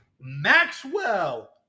Maxwell